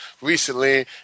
recently